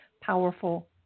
powerful